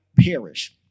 perish